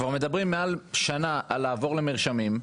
כבר מעל שנה מדברים על לעבור למרשמים.